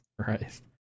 Christ